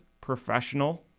professional